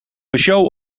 peugeot